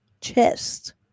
chest